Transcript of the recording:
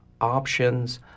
options